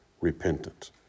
repentance